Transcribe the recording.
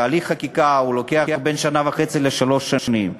תהליך חקיקה לוקח בין שנה וחצי לשלוש שנים,